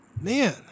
man